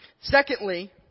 Secondly